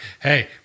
hey